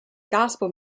gospel